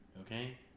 Okay